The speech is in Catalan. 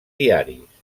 diaris